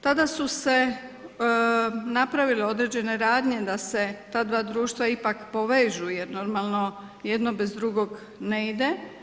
Tada su se napravile određene radnje da se ta dva društva ipak povežu, jer normalno, jedno bez drugog, ne ide.